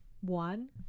One